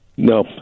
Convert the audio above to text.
No